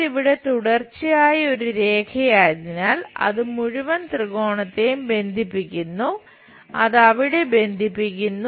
ഇത് ഇവിടെ തുടർച്ചയായ ഒരു രേഖയായതിനാൽ അത് മുഴുവൻ ത്രികോണത്തെയും ബന്ധിപ്പിക്കുന്നു അത് അവിടെ ബന്ധിപ്പിക്കുന്നു